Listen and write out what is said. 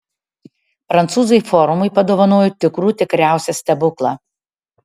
prancūzai forumui padovanojo tikrų tikriausią stebuklą